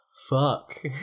Fuck